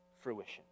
fruition